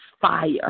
fire